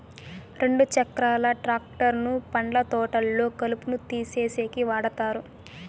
రెండు చక్రాల ట్రాక్టర్ ను పండ్ల తోటల్లో కలుపును తీసేసేకి వాడతారు